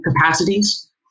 capacities